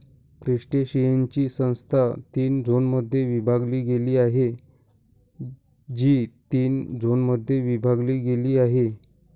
क्रस्टेशियन्सची संस्था तीन झोनमध्ये विभागली गेली आहे, जी तीन झोनमध्ये विभागली गेली आहे